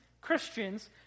Christians